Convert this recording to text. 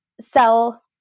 sell